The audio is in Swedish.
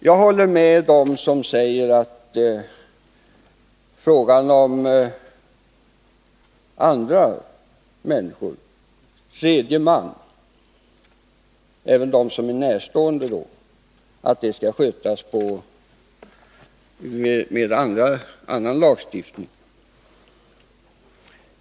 Jag håller med dem som säger att frågan om andra människor, om tredje man, alltså även om de närstående, bör regleras med annan lagstiftning.